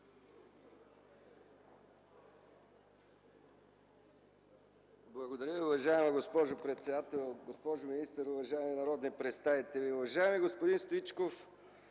Благодаря Ви, уважаема госпожо председател. Госпожо министър, уважаеми народни представители! Уважаеми господин Стоичков,